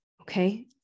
Okay